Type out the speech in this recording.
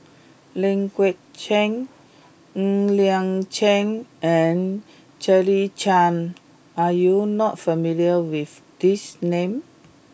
Ling Geok Choon Ng Liang Chiang and Claire Chiang are you not familiar with these names